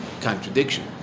contradiction